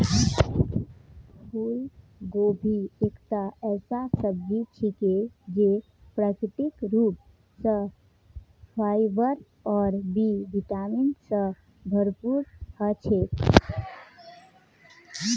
फूलगोभी एकता ऐसा सब्जी छिके जे प्राकृतिक रूप स फाइबर और बी विटामिन स भरपूर ह छेक